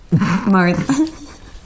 Martha